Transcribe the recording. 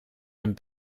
hun